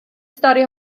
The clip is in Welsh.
stori